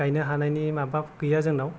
गायनो हानायनि माबा गैया जोंनाव